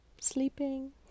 sleeping